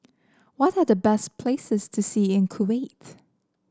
what are the best places to see in Kuwait